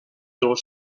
del